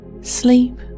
Sleep